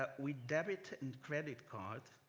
ah we debit and credit card,